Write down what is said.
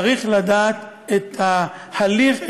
צריך לדעת את ההליך,